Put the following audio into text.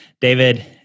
David